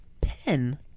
pen